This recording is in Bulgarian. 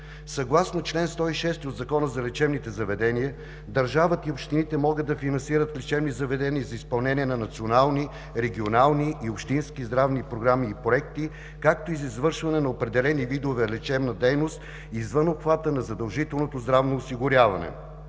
Съгласно чл. 106 от Закона за лечебните заведения държавата и общините могат да финансират лечебни заведения за изпълнение на национални, регионални и общински здравни програми и проекти, както и за извършване на определени видове лечебна дейност извън обхвата на задължителното здравно осигуряване